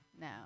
No